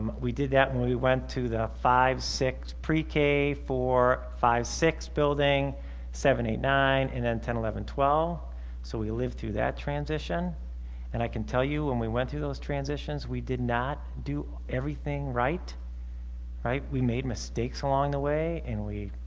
um we did that when we we went to the five six pre-k four five six building seven eight nine and then ten eleven twelve so we lived through that transition and i can tell you when and we went through those transitions we did not do everything right right we made mistakes along the way and we